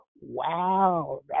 Wow